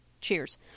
Cheers